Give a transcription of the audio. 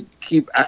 keep